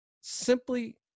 simply